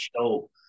show